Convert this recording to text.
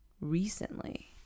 recently